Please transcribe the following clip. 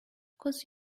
cause